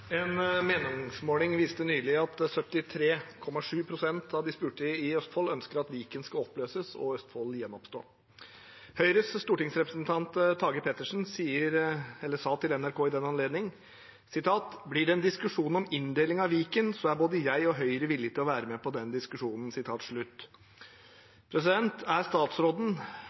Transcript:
Østfold gjenoppstå. Høyres stortingsrepresentant Tage Pettersen sier til NRK i den anledning: «Blir det en diskusjon om inndelingen av Viken, så er både jeg og Høyre villig til å være med på den diskusjonen.» Er statsråden, som sin partikollega, klar for å være med på en slik diskusjon, og mener statsråden